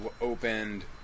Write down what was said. opened